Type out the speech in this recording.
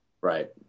right